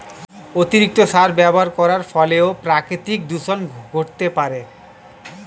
অতিরিক্ত সার ব্যবহার করার ফলেও প্রাকৃতিক দূষন ঘটতে পারে